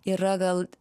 yra gal